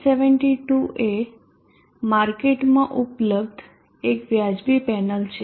72 એ માર્કેટમાં ઉપલબ્ધ એક વ્યાજબી પેનલ છે